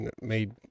made